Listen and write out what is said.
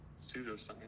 pseudoscience